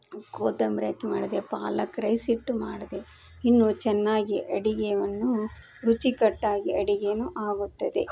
ಕೊತ್ತಂಬ್ರಿ ಹಾಕಿ ಮಾಡಿದೆ ಪಾಲಕ್ ರೈಸ್ ಇಟ್ಟು ಮಾಡಿದೆ ಇನ್ನೂ ಚೆನ್ನಾಗಿ ಅಡಿಗೆಯನ್ನು ರುಚಿಕಟ್ಟಾಗಿ ಅಡಿಗೆಯೂ ಆಗುತ್ತದೆ